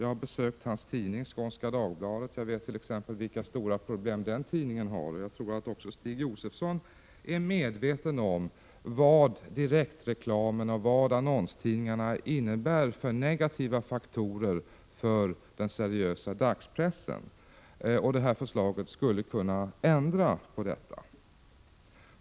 Jag har besökt hans tidning Skånska Dagbladet och vet vilka stora problem den tidningen har. Jag tror att också Stig Josefson är medveten om vilka negativa faktorer direktreklamen och annonstidningarna innebär för den seriösa dagspressen. Vårt förslag skulle kunna ändra på detta förhållande.